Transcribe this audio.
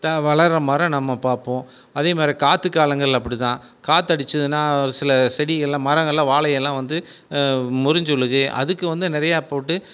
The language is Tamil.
த வளர்ற மரம் நம்ம பார்ப்போம் அதே மாதிரி காற்று காலங்களில் அப்டி தான் காற்றடிச்சுதுன்னா ஒரு சில செடிகள்லாம் மரங்கள்லாம் வாழையெல்லாம் வந்து முறிஞ்சி விழுது அதுக்கு வந்து நிறையா போட்டு